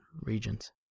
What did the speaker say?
regions